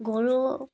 গৰু